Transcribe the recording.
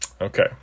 Okay